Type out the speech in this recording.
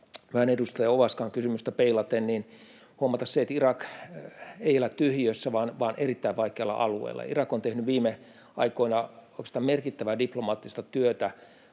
vähän edustaja Ovaskan kysymystä peilaten huomata se, että Irak ei elä tyhjiössä vaan erittäin vaikealla alueella. Irak on tehnyt viime aikoina oikeastaan merkittävää diplomaattista työtä